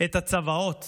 את הצוואות